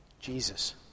Jesus